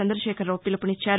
Chandrashekar Rao పీలుపునిచ్చారు